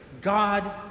God